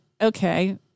okay